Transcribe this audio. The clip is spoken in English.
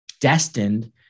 destined